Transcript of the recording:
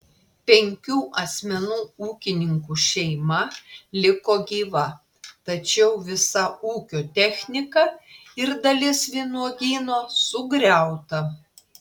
penkių asmenų ūkininkų šeima liko gyva tačiau visa ūkio technika ir dalis vynuogyno sugriauta